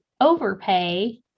overpay